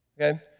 Okay